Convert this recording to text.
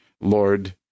Lord